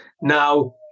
Now